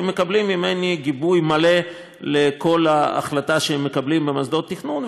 והם מקבלים ממני גיבוי מלא לכל החלטה שהם מקבלים במוסדות התכנון,